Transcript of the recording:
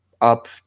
up